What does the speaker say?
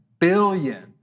billion